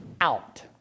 out